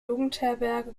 jugendherberge